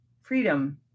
Freedom